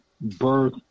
birth